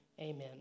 Amen